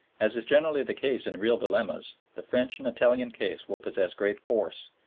as is generally the case in real dilemmas, the french and italian case will possess great force,